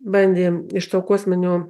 bandėme iš to kosminio